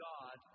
God